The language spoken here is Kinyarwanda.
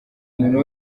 muntu